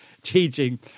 teaching